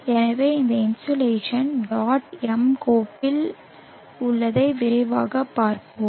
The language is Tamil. எனவே இந்த இன்சோலேஷன் dot m கோப்பில் உள்ளதை விரைவாக பார்ப்போம்